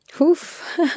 Oof